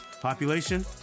Population